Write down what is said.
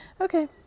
Okay